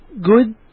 good